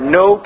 no